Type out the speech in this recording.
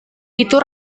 itu